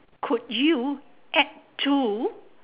could you add to